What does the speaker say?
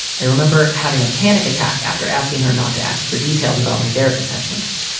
i remember having a panic attack after asking her not to ask for details about my therapy sessions.